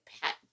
pet